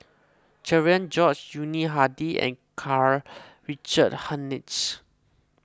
Cherian George Yuni Hadi and Karl Richard Hanitsch